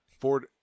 Ford –